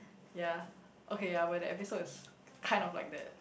ya okay ya when the episode is kinda like that